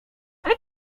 ale